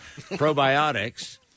probiotics